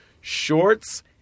shorts